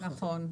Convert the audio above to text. נכון.